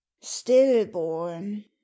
Stillborn